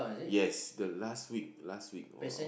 yes the last week the last week or